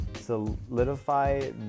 solidify